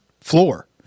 floor